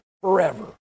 forever